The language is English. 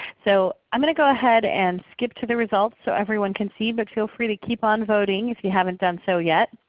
so i'm going to go ahead and skip to the results, so everyone can see. but feel free to keep on voting, if you haven't done so yet.